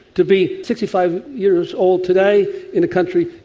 to be sixty five years old today in a country.